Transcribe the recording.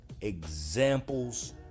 examples